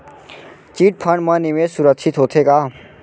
Chit fund मा निवेश सुरक्षित होथे का?